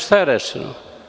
Šta je rešeno?